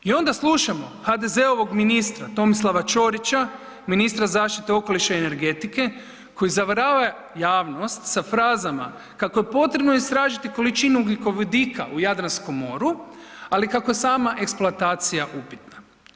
I onda slušamo HDZ-ovog ministra Tomislava Ćorića, ministra zaštite okoliša i energetike koji zavarava javnost sa frazama kako je potrebno istražiti količinu ugljikovodika u Jadranskom moru ali kako sama eksploatacija upitna.